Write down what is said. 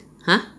!huh!